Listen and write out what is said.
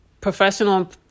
professional